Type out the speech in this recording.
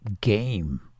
game